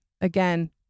Again